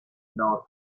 nod